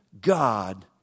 God